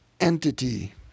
entity